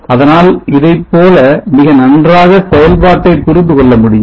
அதனால் இதைப்போல மிகநன்றாக செயல்பாட்டை புரிந்துகொள்ள முடியும்